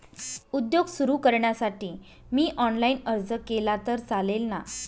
उद्योग सुरु करण्यासाठी मी ऑनलाईन अर्ज केला तर चालेल ना?